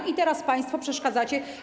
I teraz państwo przeszkadzacie.